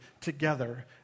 together